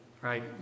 right